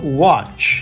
watch